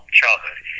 childhood